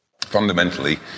fundamentally –